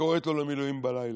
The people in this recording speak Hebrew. וקוראת לו למילואים בלילה.